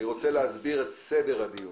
אני רוצה להסביר את סדר הדיון.